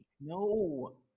No